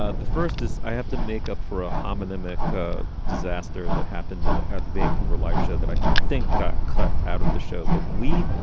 ah the first is i have to make up for a homonym mic disaster that happened and at the vancouver life show that i think got cut out of the show. but we